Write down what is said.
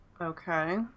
Okay